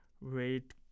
rate